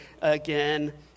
again